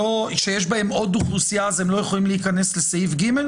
שיש בהם עוד אוכלוסייה אז הם לא יכולים להיכנס לסעיף (ג)?